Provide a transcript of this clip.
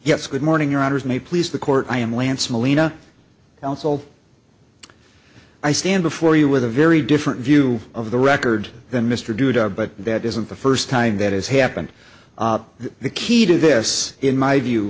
yes good morning your honor is may please the court i am lance molina counsel i stand before you with a very different view of the record than mr du jour but that isn't the first time that has happened the key to this in my view